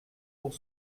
pour